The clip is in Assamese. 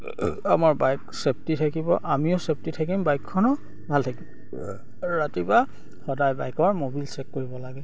আমাৰ বাইক চেফটি থাকিব আমিও চেফটি থাকিম বাইকখনো ভাল থাকিব ৰাতিপুৱা সদায় বাইকৰ ম'বিল চেক কৰিব লাগে